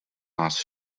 nás